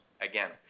Again